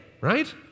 right